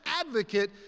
advocate